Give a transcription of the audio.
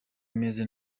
meze